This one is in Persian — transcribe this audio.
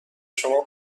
شما